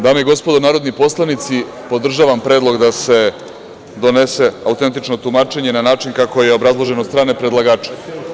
Dame i gospodo narodni poslanici, podržavam predlog da se donese autentično tumačenje na način kako je obrazloženo od strane predlagača.